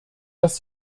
dass